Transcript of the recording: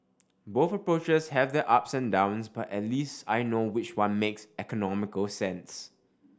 both approaches have their ups and downs but at least I know which one makes economical sense